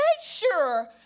sure